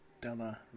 della